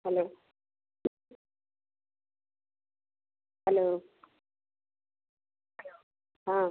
hello hello हाँ